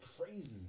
crazy